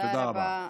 תודה רבה.